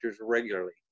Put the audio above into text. regularly